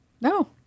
No